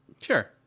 Sure